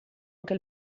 anche